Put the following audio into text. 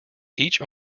each